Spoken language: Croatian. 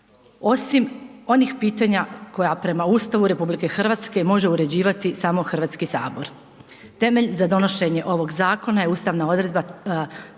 osim onih pitanja koja prema Ustavu RH može uređivati samo Hrvatski sabor. Temelj za donošenje ovog zakona je ustavna odredba članka